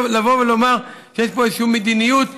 לבוא ולומר שיש פה איזושהי מדיניות,